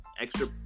extra